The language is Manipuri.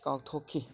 ꯀꯥꯎꯊꯣꯛꯈꯤ